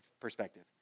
perspective